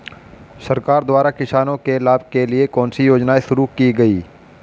सरकार द्वारा किसानों के लाभ के लिए कौन सी योजनाएँ शुरू की गईं?